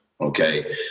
Okay